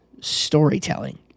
storytelling